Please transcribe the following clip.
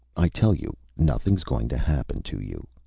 i tell you, nothing's going to happen to you.